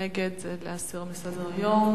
נגד זה להסיר מסדר-היום.